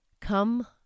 come